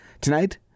tonight